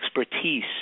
expertise